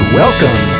welcome